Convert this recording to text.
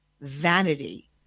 vanity